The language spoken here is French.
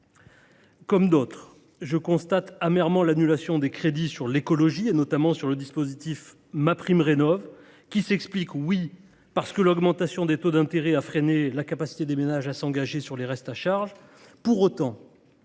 Comme d’autres, je constate amèrement l’annulation des crédits consacrés à l’écologie, notamment pour le dispositif MaPrimeRénov’. Elle s’explique par l’augmentation des taux d’intérêt, qui a freiné la capacité des ménages à s’engager sur les restes à charge.